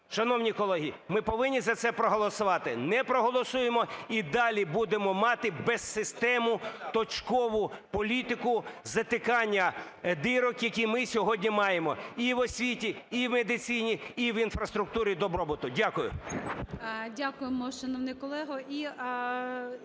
Шановні колеги, ми повинні за це проголосувати. Не проголосуємо, і далі будемо мати безсистемну, точкову політику затикання дірок, які ми сьогодні маємо і в освіті, і в медицині, і в інфраструктурі добробуту. Дякую.